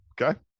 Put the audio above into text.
okay